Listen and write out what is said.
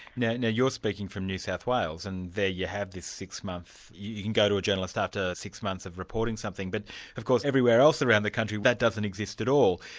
yeah now you're speaking from new south wales and there you have this six month. you can go to a journalist after six months of reporting something, but of course everywhere else around the country, that doesn't exist at all.